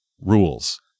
rules